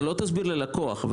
אתה לא תסביר ללקוח.